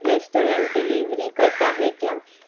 restaurant delivery کرتا ہے کیا